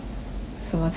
什么菜呢